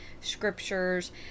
scriptures